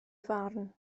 farn